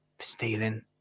Stealing